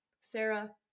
Sarah